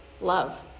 love